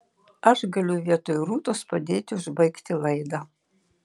aš galiu vietoj rūtos padėti užbaigti laidą